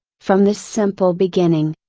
from this simple beginning,